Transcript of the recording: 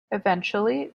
eventually